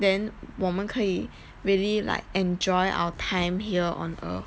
then 我们可以 really like enjoy our time here on earth